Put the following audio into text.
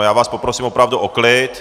Já vás poprosím opravdu o klid.